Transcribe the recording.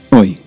oi